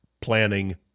planning